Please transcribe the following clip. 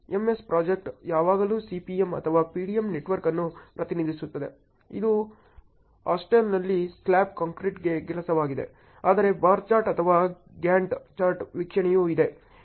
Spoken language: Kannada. MS ಪ್ರಾಜೆಕ್ಟ್ ಯಾವಾಗಲೂ CPM ಅಥವಾ PDM ನೆಟ್ವರ್ಕ್ ಅನ್ನು ಪ್ರತಿನಿಧಿಸುತ್ತದೆ ಇದು ಹಾಸ್ಟೆಲ್ನಲ್ಲಿ ಸ್ಲ್ಯಾಬ್ ಕಾಂಕ್ರೀಟಿಂಗ್ ಕೆಲಸವಾಗಿದೆ ಆದರೆ ಬಾರ್ ಚಾರ್ಟ್ ಅಥವಾ ಗ್ಯಾಂಟ್ ಚಾರ್ಟ್ ವೀಕ್ಷಣೆಯೂ ಇದೆ